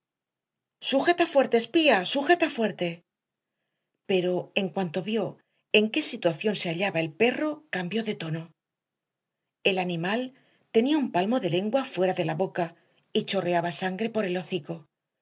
sujeta fuerte e spía sujeta fuerte pero en cuanto vio en qué situación se hallaba el perro cambió de tono el animal tenía un palmo de lengua fuera de la boca y chorreaba sangre por el hocico